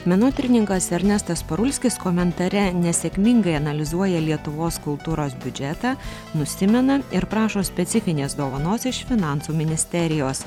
menotyrininkas ernestas parulskis komentare nesėkmingai analizuoja lietuvos kultūros biudžetą nusimena ir prašo specifinės dovanos iš finansų ministerijos